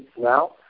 now